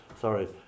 sorry